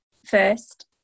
First